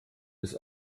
ist